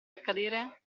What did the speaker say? accadere